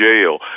jail